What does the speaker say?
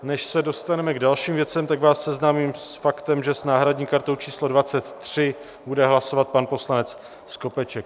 Než se dostaneme k dalším věcem, tak vás seznámím s faktem, že s náhradní kartou číslo 23 bude hlasovat pan poslanec Skopeček.